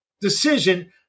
decision